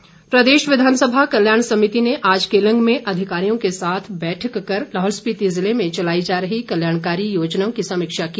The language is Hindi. समिति प्रदेश विधानसभा कल्याण समिति ने आज केलंग में अधिकारियों के साथ बैठक कर लाहौल स्पीति ज़िले में चलाई जा रही कल्याणकारी योजनाओं की समीक्षा की